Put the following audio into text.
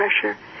pressure